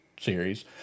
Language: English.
series